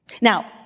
Now